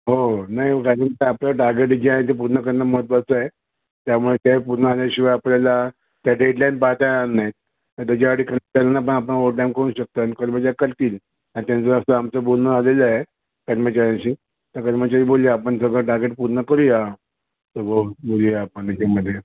हो हो नाही आधी नं आपलं टार्गेट जे आहे ते पूर्ण करणं महत्त्वाचं आहे त्यामुळे ते पूर्ण झाल्याशिवाय आपल्याला त्या डेडलाईन पाळता येणार नाही तर त्याच्यासाठी कर्मचाऱ्यांना पण आपण ओवर टाईम करू शकतो आणि कर्मचारी करतील आणि त्यांचंं असं बोलणं झालेलं आहे कर्मचाऱ्यांशी तर कर्मचारी बोलले आपण सगळं टार्गेट पूर्ण करूया सगळं बोलूया आपण त्याच्यामध्ये